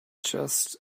just